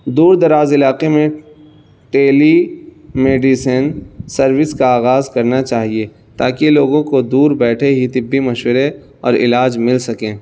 دور دراز علاقے میں ٹیلی میڈیسن سروس کا آغاز کرنا چاہیے تاکہ لوگوں کو دور بیٹھے ہی طبی مشورے اور علاج مل سکیں